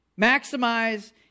Maximize